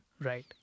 Right